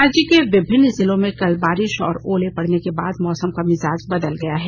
राज्य के विभिन्न जिलों में कल बारिश और ओले पड़ने के बाद मौसम का मिजाज बदल गया है